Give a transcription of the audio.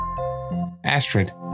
Astrid